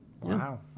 Wow